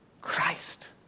Christ